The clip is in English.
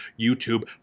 YouTube